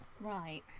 Right